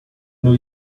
new